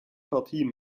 partien